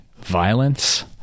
violence